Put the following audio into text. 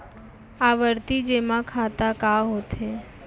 आवर्ती जेमा खाता का होथे?